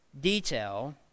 detail